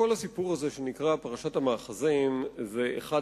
כל הסיפור הזה שנקרא פרשת המאחזים זה אחד